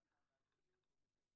הרווחה והבריאות.